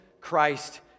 Christ